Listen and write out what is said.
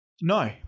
No